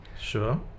sure